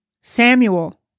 Samuel